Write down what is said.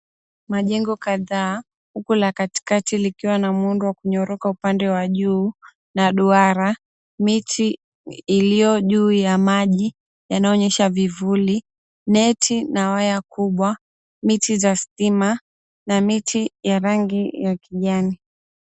Majengo kadhaa, huku la katikati likiwa na muundo wa kunyoroka upande wa juu na duara. Miti iliyo juu ya maji yanaonyesha vivuli. Neti na waya kubwa, miti za stima, na miti ya rangi ya kijani.